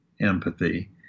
empathy